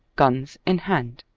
guns in hand.